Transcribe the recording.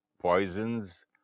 poisons